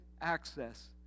access